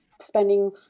spending